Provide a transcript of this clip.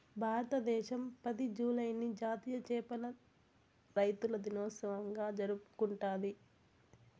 భారతదేశం పది, జూలైని జాతీయ చేపల రైతుల దినోత్సవంగా జరుపుకుంటాది